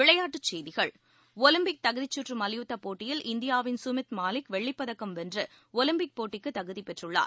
விளையாட்டுச்செய்திகள் ஒலிப்பிக் தகுதிச்சுற்றுமல்யுத்தப் போட்டியில் இந்தியாவின் சுமித் மாலிக் வெள்ளிப்பதக்கம் வென்றுஒலிம்பிக் போட்டிக்குதகுதிபெற்றுள்ளார்